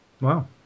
Wow